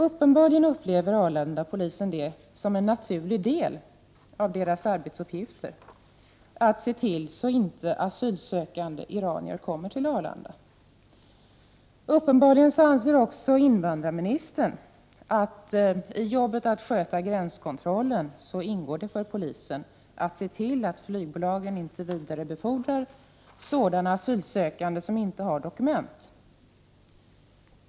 Arlandapolisen upplever det uppenbarligen som en naturlig del av sina arbetsuppgifter att se till att asylsökande inte kommer till Arlanda. Uppenbarligen anser också invandrarministern att det i polisens arbete med att sköta gränskontrollen ingår att se till att flygbolagen inte vidarebefordrar sådana asylsökande som inte har dokument.